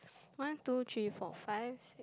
one two three four five six